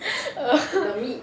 err